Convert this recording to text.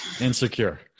Insecure